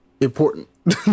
important